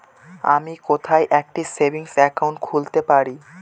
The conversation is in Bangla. আমি কোথায় একটি সেভিংস অ্যাকাউন্ট খুলতে পারি?